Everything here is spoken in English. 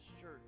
church